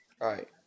right